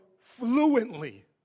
fluently